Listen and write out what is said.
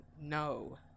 no